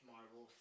Marvel